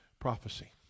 prophecy